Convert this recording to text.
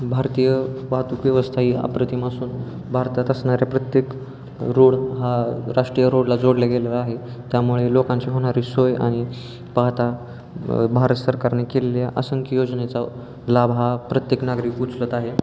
भारतीय वाहतूक व्यवस्था ही अप्रतिम असून भारतात असणाऱ्या प्रत्येक रोड हा राष्ट्रीय रोडला जोडला गेलेला आहे त्यामुळे लोकांची होणारी सोय आणि पाहता भारत सरकारने केलेल्या असंख्य योजनेचा लाभ हा प्रत्येक नागरिक उचलत आहे